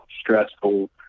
stressful